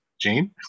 Jane